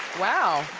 wow,